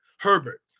Herbert